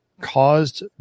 caused